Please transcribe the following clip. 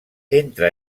entre